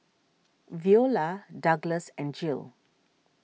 Veola Douglass and Jill